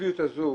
האפקטיביות הזו,